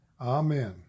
Amen